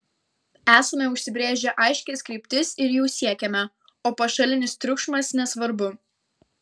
esame užsibrėžę aiškias kryptis ir jų siekiame o pašalinis triukšmas nesvarbu